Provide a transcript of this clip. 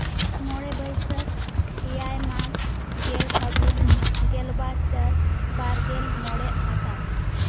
ᱢᱚᱬᱮ ᱵᱟᱹᱭᱥᱟᱹᱠ ᱮᱭᱟᱭ ᱢᱟᱜᱽ ᱜᱮᱞ ᱯᱷᱟᱹᱜᱩᱱ ᱜᱮᱞᱵᱟᱨ ᱪᱟᱹᱛ ᱵᱟᱨᱜᱮᱞ ᱢᱚᱬᱮ ᱟᱥᱟᱲ